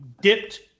dipped